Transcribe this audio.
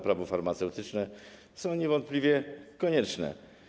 Prawo farmaceutyczne niewątpliwie są konieczne.